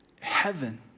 heaven